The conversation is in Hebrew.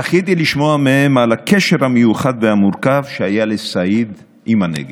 זכיתי לשמוע מהם על הקשר המיוחד והמורכב שהיה לסעיד עם הנגב.